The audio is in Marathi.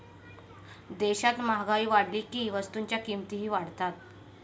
देशात महागाई वाढली की वस्तूंच्या किमती वाढतात